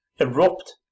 erupt